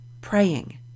praying